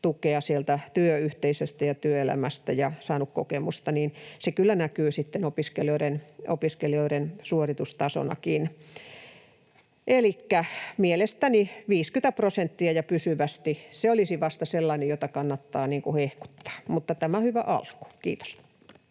sieltä työyhteisöstä ja työelämästä ja saanut kokemusta, kyllä näkyy sitten opiskelijoiden suoritustasonakin. Elikkä mielestäni 50 prosenttia, ja pysyvästi. Se olisi vasta sellainen, jota kannattaa hehkuttaa. Mutta tämä on hyvä alku. — Kiitos.